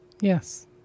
yes